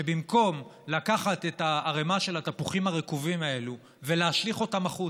שבמקום לקחת את הערמה של התפוחים הרקובים האלה ולהשליך אותם החוצה,